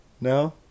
No